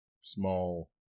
small